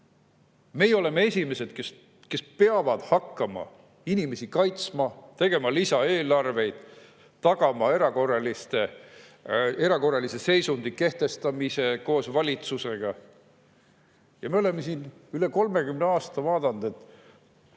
Meie oleme esimesed, kes peavad hakkama inimesi kaitsma, tegema lisaeelarveid, tagama erakorralise seisundi kehtestamise koos valitsusega. Ja me oleme üle 30 aasta vaadanud,